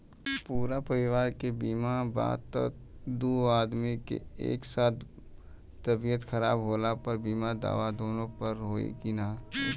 पूरा परिवार के बीमा बा त दु आदमी के एक साथ तबीयत खराब होला पर बीमा दावा दोनों पर होई की न?